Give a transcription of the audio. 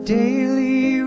daily